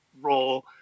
role